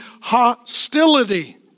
hostility